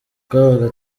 twabaga